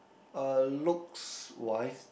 uh looks wise